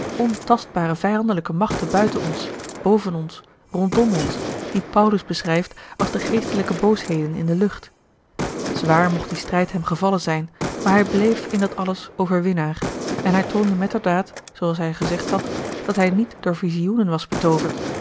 ontastbare vijandelijke machten buiten ons boven ons rondom ons die paulus beschrijft als de geestelijke boosheden in de lucht zwaar mocht die strijd hem gevallen zijn a l g bosboom-toussaint de delftsche wonderdokter eel maar hij bleef in dat alles overwinnaar en hij toonde metterdaad zooals hij gezegd had dat hij niet door visioenen was betooverd